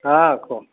ହଁ କୁହ